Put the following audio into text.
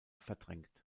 verdrängt